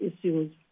issues